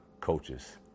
coaches